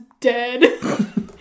dead